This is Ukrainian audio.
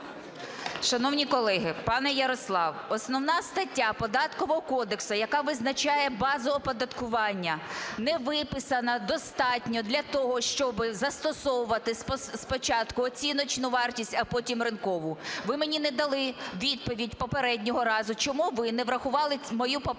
Шановні колеги, пане Ярослав, основна стаття Податкового кодексу, яка визначає базу оподаткування, не виписана достатньо для того, щоб застосовувати спочатку оціночну вартість, а потім ринкову. Ви мені не дали відповідь попереднього разу, чому ви не врахували мою поправку